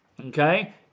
okay